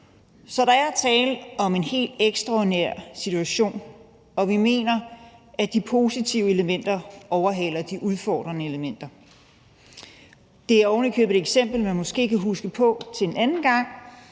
Så der er tale om en helt ekstraordinær situation, og vi mener, at de positive elementer overhaler de udfordrende elementer. Det er ovenikøbet et eksempel, man måske kan huske på til en anden gang